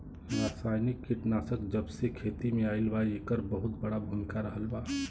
रासायनिक कीटनाशक जबसे खेती में आईल बा येकर बहुत बड़ा भूमिका रहलबा